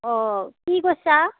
অ কি কৈছা